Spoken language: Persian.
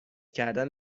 کردن